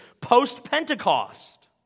post-Pentecost